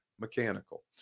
Mechanical